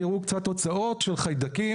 תראו קצת תוצאות של חיידקים,